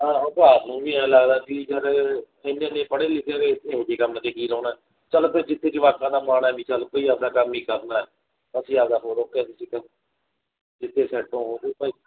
ਹਾਂ ਹੁਣ ਘਰ ਨੂੰ ਵੀ ਐਂ ਲੱਗਦਾ ਵੀ ਜਦ ਐਨੇ ਐਨੇ ਪੜ੍ਹੇ ਲਿਖੇ ਹੈਗੇ ਇੱਥੇ ਇਹੋ ਜਿਹੇ ਕੰਮ 'ਤੇ ਕੀ ਲਾਉਣਾ ਚਲੋ ਫਿਰ ਜਿੱਥੇ ਜਵਾਕਾਂ ਦਾ ਮਨ ਹੈ ਵੀ ਚੱਲ ਵਈ ਆਪਦਾ ਕੰਮ ਹੀ ਕਰਨਾ ਅਸੀਂ ਆਪਦਾ ਹੋਰ ਜੀ ਕੰਮ ਜਿੱਥੇ ਸੈੱਟ ਹੋਵੋਗੇ ਭਾਈ